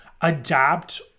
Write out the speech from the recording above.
adapt